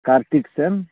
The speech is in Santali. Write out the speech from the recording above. ᱠᱟᱨᱛᱤᱠ ᱥᱮᱱ